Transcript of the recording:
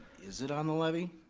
is it on the levy?